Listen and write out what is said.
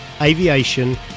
aviation